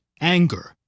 Anger